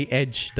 edge